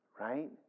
Right